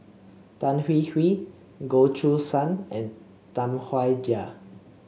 Tan Hwee Hwee Goh Choo San and Tam Wai Jia